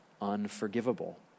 unforgivable